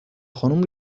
خانوم